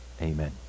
Amen